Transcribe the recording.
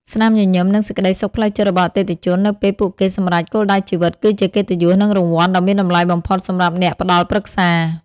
ស្នាមញញឹម និងសេចក្ដីសុខផ្លូវចិត្តរបស់អតិថិជននៅពេលពួកគេសម្រេចគោលដៅជីវិត គឺជាកិត្តិយស និងរង្វាន់ដ៏មានតម្លៃបំផុតសម្រាប់អ្នកផ្ដល់ប្រឹក្សា។